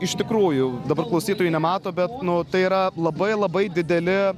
iš tikrųjų dabar klausytojai nemato bet tai yra labai labai dideli